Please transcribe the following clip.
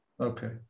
Okay